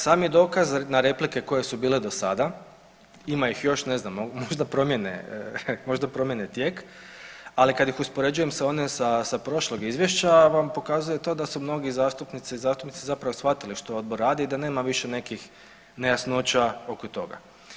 Sam je dokaz na replike koje su bile dosada, ima ih još ne znam možda promijene, možda promijene tijek, ali kad ih uspoređujem sa onim sa prošlog izvješća vam pokazuje to da su mnogi zastupnici i zastupnice zapravo shvatili što odbor radi i da nema više nekih nejasnoća oko toga.